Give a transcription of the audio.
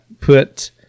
put